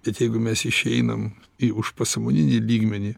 bet jeigu mes išeinam į užpasąmoninį lygmenį